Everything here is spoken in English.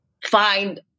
find